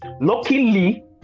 luckily